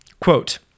Quote